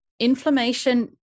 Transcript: inflammation